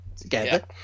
together